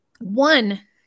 One